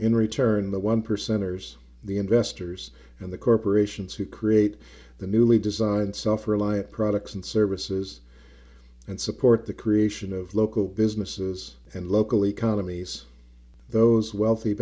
in return the one percenters the investors and the corporations who create the newly designed suffer elia products and services and support the creation of local businesses and local economies those wealthy